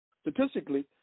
statistically